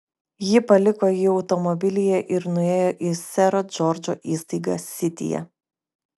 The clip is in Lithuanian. ji paliko jį automobilyje ir nuėjo į sero džordžo įstaigą sityje